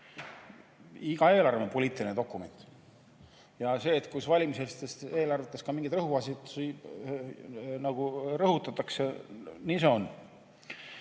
iga eelarve on poliitiline dokument ja see, kui valimiseelsetes eelarvetes ka mingeid rõhuasetusi rõhutatakse, siis nii see on.